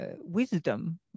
wisdom